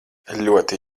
ļoti